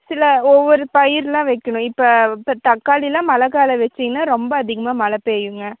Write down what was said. சில ஒவ்வொரு பயிர் எல்லாம் வைக்கணும் இப்போ இப்போ தக்காளி எல்லாம் மழைக்காலோம் வச்சீங்கன்னா ரொம்ப அதிகமாக மழை பெய்யுங்க